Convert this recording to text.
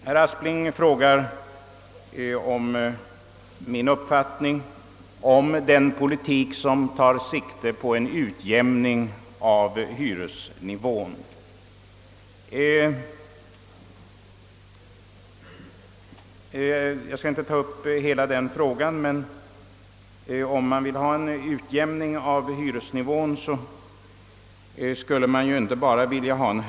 Herr Aspling frågade om min uppfattning beträffande den politik som tar sikte på en utjämning av hyresnivån. Jag skall inte ta upp hela den frågan, men om man vill åstadkomma en utjämning av hyresnivån, så borde man ju inte bara höja hyrorna.